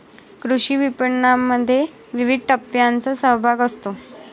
कृषी विपणनामध्ये विविध टप्प्यांचा सहभाग असतो